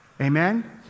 Amen